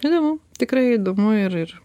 įdomu tikrai įdomu ir ir